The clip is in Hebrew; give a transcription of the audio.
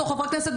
בתור חברת כנסת,